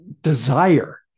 desire